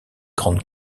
grandes